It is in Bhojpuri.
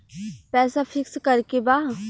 पैसा पिक्स करके बा?